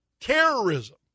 terrorism